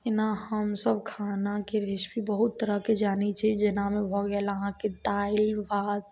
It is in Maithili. एना हमसब खानाके रेसेपी बहुत तरहके जानय छी जेना अहाँके भऽ गेल अहाँके दालि भात